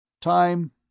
Time